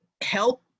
help